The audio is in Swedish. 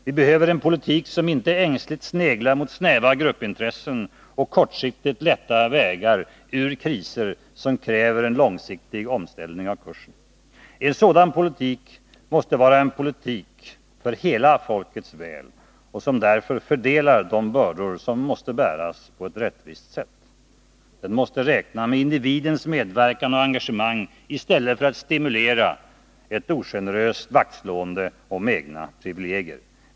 Vi behöver en politik som inte ängsligt sneglar mot snäva gruppintressen och kortsiktigt lätta vägar ur kriser som kräver en långsiktig omställning av kursen. En sådan politik måste vara en politik för hela folkets väl och som därför fördelar de bördor som måste bäras på ett rättvist sätt. Den måste räkna med individens medverkan och engagemang i stället för att stimulera ett ogeneröst vaktslående om egna privilegier.